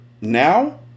now